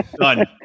Done